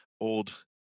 old